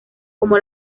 como